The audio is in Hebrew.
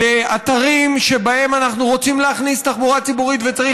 אתרים שבהם אנחנו רוצים להכניס תחבורה ציבורית וצריך